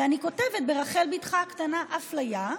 ואני כותבת ברחל בתך בקטנה: אפליה,